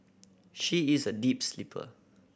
she is a deep sleeper